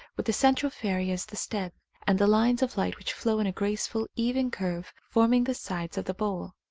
with the central fairy as the stem, and the lines of light which flow in a graceful even curve forming the sides of the bowl.